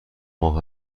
ماه